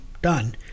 done